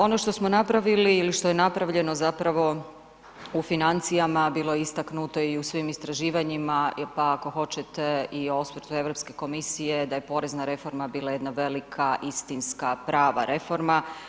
Ono što smo napravili ili što je napravljeno zapravo u financijama bilo je istaknuti i u svim istraživanjima, pa ako hoćete i osvrt Europske komisije da je porezna reforma bila jedna velika, istinska prava reforma.